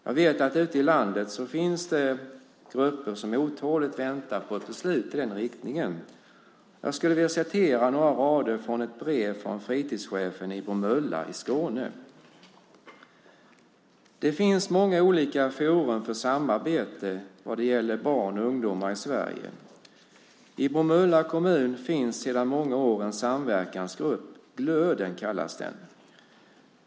Jag vet att ute i landet finns det grupper som otåligt väntar på ett beslut i den riktningen. Jag skulle vilja läsa upp några rader från ett brev från fritidschefen i Bromölla i Skåne: Det finns många olika forum för samarbete vad det gäller barn och ungdomar i Sverige. I Bromölla kommun finns sedan många år en samverkansgrupp. Glöden kallas den.